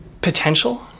potential